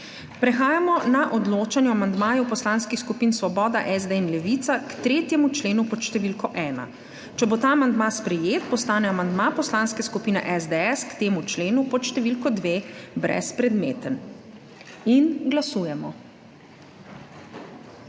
Prehajamo na odločanje o amandmaju poslanskih skupin Svoboda, SD in Levica k 3. členu pod številko 1. Če bo ta amandma sprejet, postane amandma Poslanske skupine SDS k temu členu pod številko 2 brezpredmeten. Glasujemo.